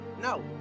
no